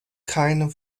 keine